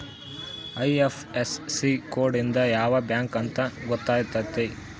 IFSC code ಇಂದ ಯಾವ bank ಅಂತ ಗೊತ್ತಾತತೆ